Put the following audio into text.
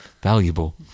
valuable